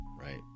Right